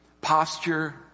Posture